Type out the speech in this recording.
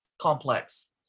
complex